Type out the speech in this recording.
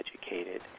educated